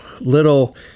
little